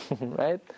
Right